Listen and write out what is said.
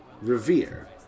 revere